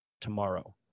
tomorrow